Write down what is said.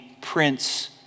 Prince